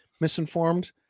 misinformed